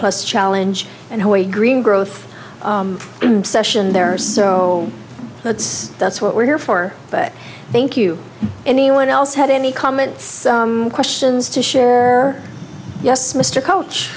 plus challenge and how a green growth in session there are so that's that's what we're here for but thank you anyone else had any comments questions to share yes mr coach